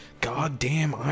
Goddamn